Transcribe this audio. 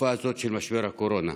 בתקופה הזאת של משבר הקורונה.